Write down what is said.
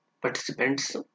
participants